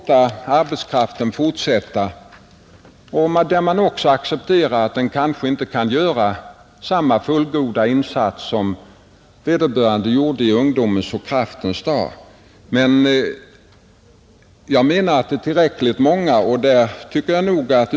Man låter de anställda fortsätta att arbeta, och man accepterar att de kanske inte kan göra samma fullgoda insats som i ungdomens och kraftens dagar, Men det är också många företag som inte gör det.